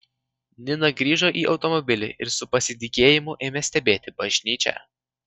nina grįžo į automobilį ir su pasidygėjimu ėmė stebėti bažnyčią